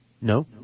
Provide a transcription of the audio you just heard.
No